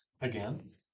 again